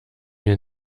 mir